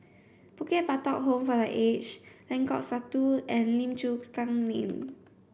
Bukit Batok Home for the Aged Lengkok Satu and Lim Chu Kang Lane